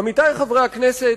עמיתי חברי הכנסת,